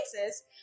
places